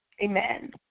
Amen